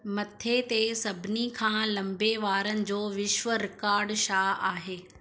मथे ते सभिनी खां लम्बे वारनि जो विश्व रिकॉड छा आहे